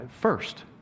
first